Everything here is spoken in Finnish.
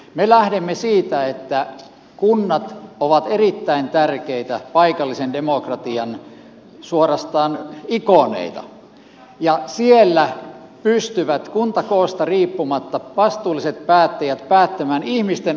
me lähdemme siitä että kunnat ovat erittäin tärkeitä paikallisen demokratian suorastaan ikoneita ja siellä pystyvät kuntakoosta riippumatta vastuulliset päättäjät päättämään ihmisten arkipäivän asioista